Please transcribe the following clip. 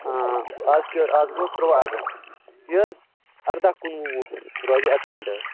آ اَز کیٛاہ اَز گوٚو ترٛوواہ اَگست یہِ حظ اَرداہ کُنوُہ وُہ روزِ اَیٚپسِٮ۪نٛٹ حظ